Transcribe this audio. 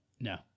No